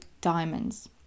diamonds